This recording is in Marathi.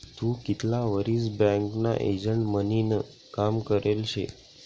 तू कितला वरीस बँकना एजंट म्हनीन काम करेल शे?